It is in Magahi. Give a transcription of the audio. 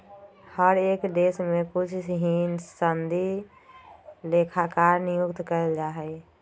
हर एक देश में कुछ ही सनदी लेखाकार नियुक्त कइल जा हई